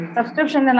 Subscription